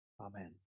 Amen